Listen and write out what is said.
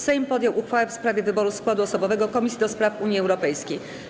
Sejm podjął uchwałę w sprawie wyboru składu osobowego Komisji do Spraw Unii Europejskiej.